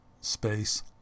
space